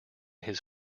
his